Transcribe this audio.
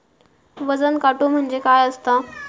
वजन काटो म्हणजे काय असता?